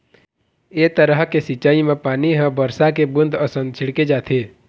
ए तरह के सिंचई म पानी ह बरसा के बूंद असन छिड़के जाथे